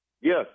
Yes